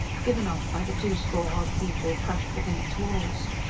given off by the two-score odd people crushed within its walls.